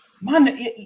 man